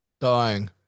Dying